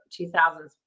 2000s